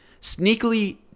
sneakily